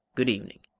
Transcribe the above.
good evening.